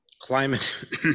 climate